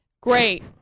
Great